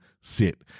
sit